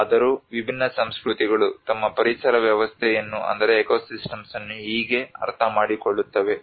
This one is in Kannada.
ಆದರೂ ವಿಭಿನ್ನ ಸಂಸ್ಕೃತಿಗಳು ತಮ್ಮ ಪರಿಸರ ವ್ಯವಸ್ಥೆಯನ್ನು ಹೀಗೆ ಅರ್ಥಮಾಡಿಕೊಳ್ಳುತ್ತವೆ